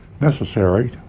necessary